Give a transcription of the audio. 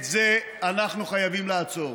את זה אנחנו חייבים לעצור.